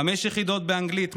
חמש יחידות באנגלית,